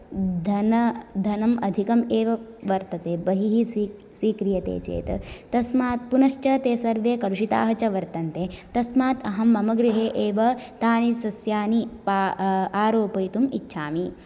धन धनम् अधिकम् एव वर्तते बहिः स्वि स्वीक्रियते चेत् तस्मात् पुनश्च ते सर्वे कलुषिताः च वर्तन्ते तस्मात् अहं मम गृहे एव तानि सस्यानि पा आरोपयितुम् इच्छामि